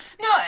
No